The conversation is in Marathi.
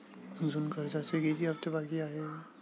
अजुन कर्जाचे किती हप्ते बाकी आहेत?